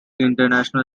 international